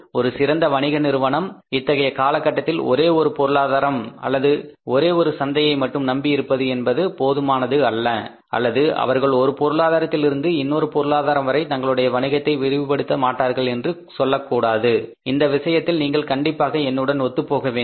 ஒரு சிறந்த வணிக நிறுவனம் இத்தகைய காலகட்டத்தில் ஒரே ஒரு பொருளாதாரம் அல்லது ஒரே ஒரு சந்தையை மட்டும் நம்பி இருப்பது என்பது போதுமானது அல்ல அல்லது அவர்கள் ஒரு பொருளாதாரத்தில் இருந்து இன்னொரு பொருளாதாரம் வரை தங்களுடைய வணிகத்தை விரிவுபடுத்த மாட்டார்கள் என்று சொல்லக்கூடாது இந்த விஷயத்தில் நீங்கள் கண்டிப்பாக என்னுடன் ஒத்துப் போகவேண்டும்